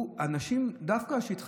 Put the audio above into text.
דווקא אנשים שהתחסנו,